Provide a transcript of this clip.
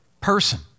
person